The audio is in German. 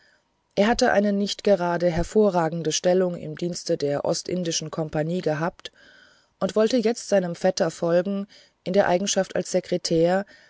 er hatte eine nicht gerade hervorragende stellung im dienste der ostindischen kompanie gehabt und wollte jetzt seinem vetter folgen in der eigenschaft als sekretär